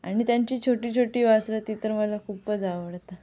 आणि त्यांची छोटी छोटी वासरं ती तर मला खूपच आवडतात